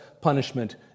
punishment